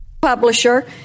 Publisher